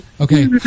Okay